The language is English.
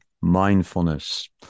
mindfulness